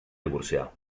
divorciar